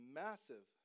massive